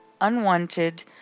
unwanted